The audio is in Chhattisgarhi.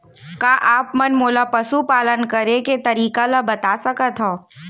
का आप मन मोला पशुपालन करे के तरीका ल बता सकथव?